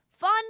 Fun